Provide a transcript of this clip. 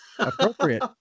Appropriate